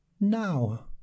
Now